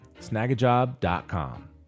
Snagajob.com